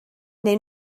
neu